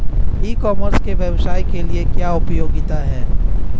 ई commerce के व्यवसाय के लिए क्या उपयोगिता है?